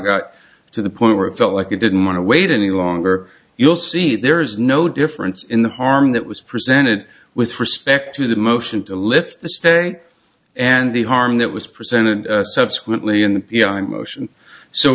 got to the point where it felt like you didn't want to wait any longer you'll see there is no difference in the harm that was presented with respect to the motion to lift the stay and the harm that was presented subsequently in the motion so